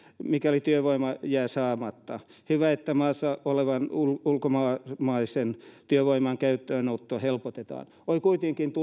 mikäli työvoima jää saamatta hyvä että maassa olevan ulkomaisen työvoiman käyttöönottoa helpotetaan tässä salissa on kuitenkin tullut